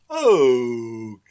Okay